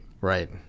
Right